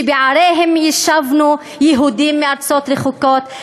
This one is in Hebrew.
שבעריהם יישבנו יהודים מארצות רחוקות,